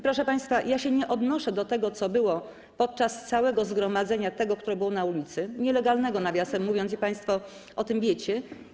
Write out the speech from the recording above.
Proszę państwa, ja się nie odnoszę do tego, co było podczas całego zgromadzenia, tego, które było na ulicy, nielegalnego, nawiasem mówiąc, państwo o tym wiecie.